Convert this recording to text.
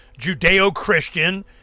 Judeo-Christian